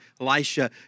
Elisha